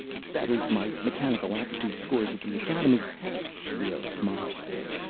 that is, my mechanical aptitude scores at the academy leoh smiled at him.